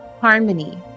Harmony